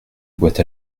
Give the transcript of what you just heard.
boîte